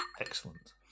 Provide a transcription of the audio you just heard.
excellent